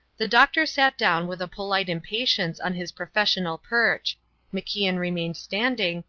the doctor sat down with a polite impatience on his professional perch macian remained standing,